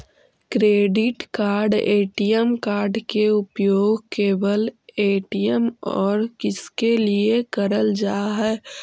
Credit card ATM card के उपयोग केवल ए.टी.एम और किसके के लिए करल जा है?